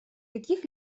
каких